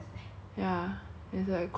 oh ya the Airbnb had like a place